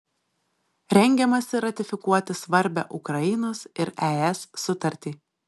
rengiamasi ratifikuoti svarbią ukrainos ir es sutartį